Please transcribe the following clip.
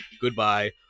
Goodbye